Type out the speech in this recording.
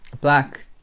black